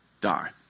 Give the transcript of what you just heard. die